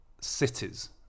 cities